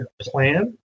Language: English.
plan